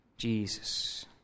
Jesus